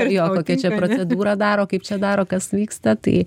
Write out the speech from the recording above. jo kokia čia procedūra daro kaip čia daro kas vyksta tai